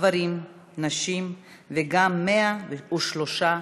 גברים, נשים וגם 103 ילדים.